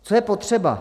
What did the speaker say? Co je potřeba?